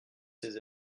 ses